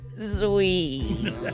Sweet